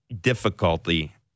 difficulty